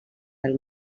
del